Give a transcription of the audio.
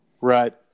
Right